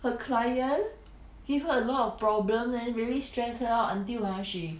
her client give her a lot of problem then really stressed her out until ah she